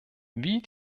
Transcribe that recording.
wie